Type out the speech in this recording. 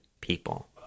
people